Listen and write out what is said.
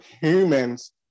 humans